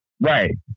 Right